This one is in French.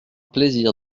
plaisir